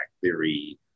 theory